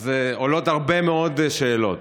אז עולות הרבה מאוד שאלות.